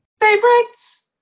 Favorites